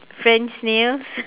friend snails